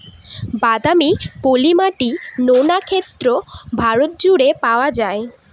বাদামি, পলি মাটি, নোনা ক্ষেত ভারত জুড়ে পাওয়া যায়